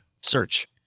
search